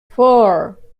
four